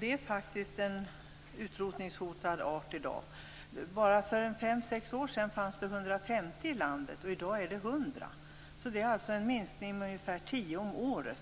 Det är faktiskt en utrotningshotad art i dag. För bara fem sex år sedan fanns det 150 i landet, och i dag är det 100. Det är en minskning med ungefär tio om året.